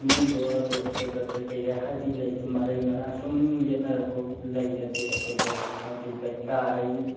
ꯏꯃꯨꯡꯗꯣ ꯑꯗꯨ ꯎꯇ꯭ꯔꯩ ꯄꯥꯇ꯭ꯔꯩ ꯀꯩꯀꯩ ꯍꯥꯏꯕꯗꯤ ꯂꯩꯗꯤ ꯃꯔꯩ ꯃꯔꯥꯡ ꯁꯨꯝ ꯌꯦꯠꯅꯔꯀꯄꯒꯤ ꯂꯩꯔꯗꯤ ꯑꯩꯈꯣꯏꯁꯦ ꯍꯥꯏꯕꯗꯤ ꯂꯩꯀꯥꯏ